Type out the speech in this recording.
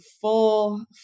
full